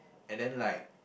and then like